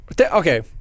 okay